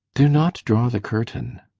do not draw the curtain.